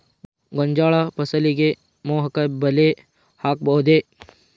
ಗೋಂಜಾಳ ಫಸಲಿಗೆ ಮೋಹಕ ಬಲೆ ಹಾಕಬಹುದೇ?